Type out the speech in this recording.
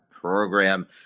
program